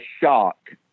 shock